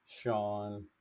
Sean